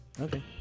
Okay